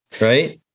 right